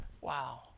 Wow